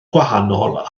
gwahanol